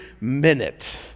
minute